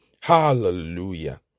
Hallelujah